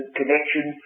connection